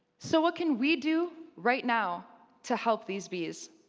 so what can we do right now to help these bees?